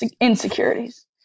insecurities